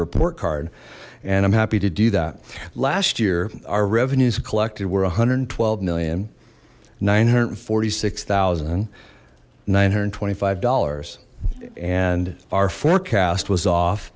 report card and i'm happy to do that last year our revenues collected we're a hundred and twelve million nine hundred forty six thousand nine hundred twenty five dollars and our forecast was off